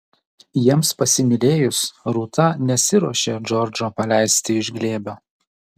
jiems pasimylėjus rūta nesiruošė džordžo paleisti iš glėbio